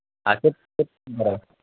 అదే